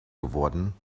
geworden